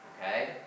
Okay